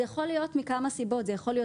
זה יכול להיות מכמה סיבות: זה יכול להיות